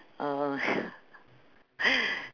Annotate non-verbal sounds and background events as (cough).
mm (laughs)